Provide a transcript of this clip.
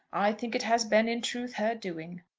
i think it has been, in truth, her doing.